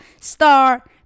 star